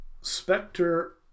Spectre